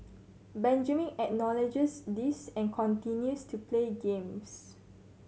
benjamin acknowledges this and continues to play games